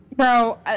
Bro